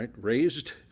raised